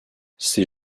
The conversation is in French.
ces